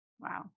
Wow